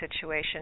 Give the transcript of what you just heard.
situation